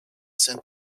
sent